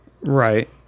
Right